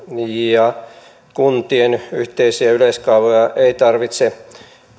ja kuntien yhteisiä yleiskaavoja ei tarvitse